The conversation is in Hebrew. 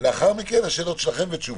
ולאחר מכן שאלות שלכם ותשובות.